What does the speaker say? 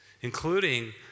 including